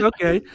Okay